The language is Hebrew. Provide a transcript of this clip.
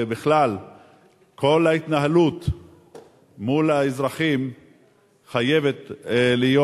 ובכלל כל ההתנהלות מול האזרחים חייבת להיות